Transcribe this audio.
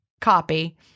copy